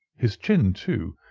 his chin, too,